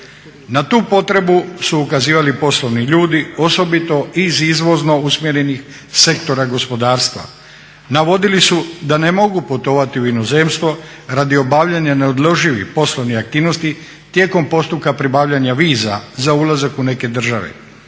Na tu potrebu su ukazivali poslovni ljudi osobito iz izvozno usmjerenih sektora gospodarstva. Navodili su da ne mogu putovati u inozemstvo radi obavljanja neodloživih poslovnih aktivnosti tijekom postupka pribavljanja viza za ulazak u neke države